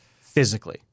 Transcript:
physically